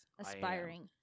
aspiring